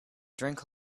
drink